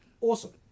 Awesome